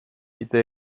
idee